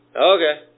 Okay